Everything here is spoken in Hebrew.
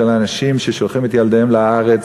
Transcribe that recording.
של אנשים ששולחים את ילדיהם לארץ,